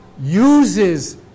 uses